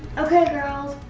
okay girls,